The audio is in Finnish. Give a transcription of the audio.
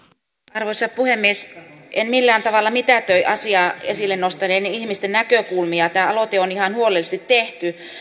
arvoisa puhemies en millään tavalla mitätöi asian esille nostaneiden ihmisten näkökulmia tämä aloite on ihan huolellisesti tehty